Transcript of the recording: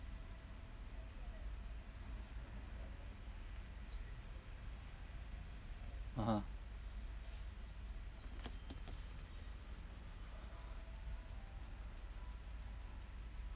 (uh huh)